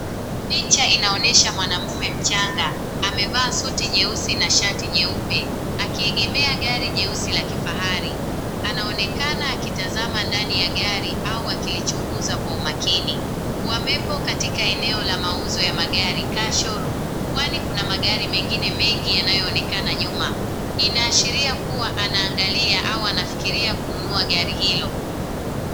Picha inaonyesha mwanaume mchanga, amevaa suti nyeusi na shati nyeupe, akiegemea gari jeusi la kifahari. Anaonekana akitazama ndani ya gari au akilichunguza kwa umakini. Wamepo katika eneo la mauzo ya magari, car showroom, kwani kuna magari mengine mengi yanayoonekana nyuma. Inaashiria kuwa anaangalia au anafikiria kununua gari hilo.